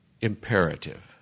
imperative